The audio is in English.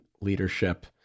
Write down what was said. leadership